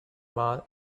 mass